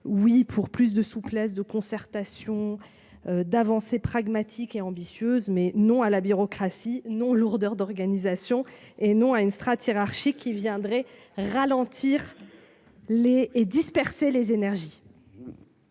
Oui pour plus de souplesse, de concertation. D'avancées pragmatiques et ambitieuses mais non à la bureaucratie non lourdeurs d'organisation et non à une strate hiérarchique qui viendraient ralentir. Les et dispersé les énergies.